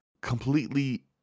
completely